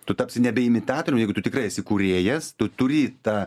tu tapsi nebe imitatorium jeigu tu tikrai esi kūrėjas tu turi tą